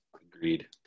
Agreed